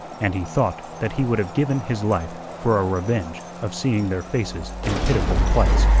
and he thought that he would have given his life for a revenge of seeing their faces in pitiful plights.